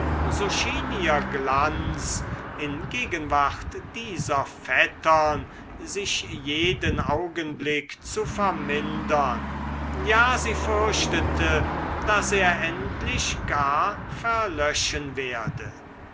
schien ihr glanz in gegenwart dieser vettern sich jeden augenblick zu vermindern ja sie fürchtete daß er endlich gar verlöschen werde